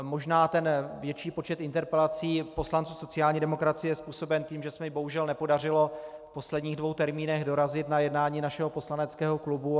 Možná ten větší počet interpelací poslanců sociální demokracie je způsoben tím, že se mi bohužel nepodařilo v posledních dvou termínech dorazit na jednání našeho poslaneckého klubu.